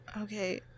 Okay